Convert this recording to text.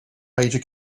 major